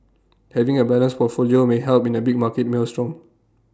having A balanced portfolio may help in A big market maelstrom